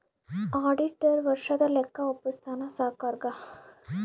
auditor ವರ್ಷದ ಲೆಕ್ಕ ವಪ್ಪುಸ್ತಾನ ಸಾವ್ಕರುಗಾ